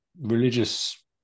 religious